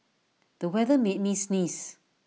the weather made me sneeze